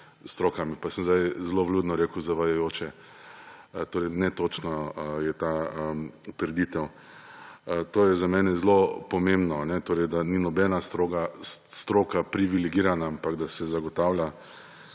strokami. Pa sem zdaj zelo vljudno rekel – zavajajoče. Netočna je ta trditev. To je za mene zelo pomembno, da ni nobena stroka privilegirana, ampak da se zagotavlja